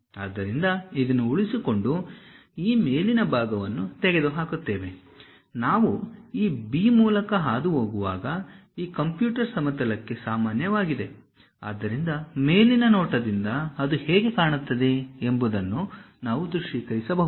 ಆದ್ದರಿಂದ ಇದನ್ನು ಉಳಿಸಿಕೊಂಡು ಈ ಮೇಲಿನ ಭಾಗವನ್ನು ತೆಗೆದುಹಾಕುತ್ತೇವೆ ನಾವು ಈ B ಮೂಲಕ ಹಾದುಹೋಗುವಾಗ ಈ ಕಂಪ್ಯೂಟರ್ ಸಮತಲಕ್ಕೆ ಸಾಮಾನ್ಯವಾಗಿದೆ ಆದ್ದರಿಂದ ಮೇಲಿನ ನೋಟದಿಂದ ಅದು ಹೇಗೆ ಕಾಣುತ್ತದೆ ಎಂಬುದನ್ನು ನಾವು ದೃಶ್ಯೀಕರಿಸಬಹುದು